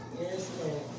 Yes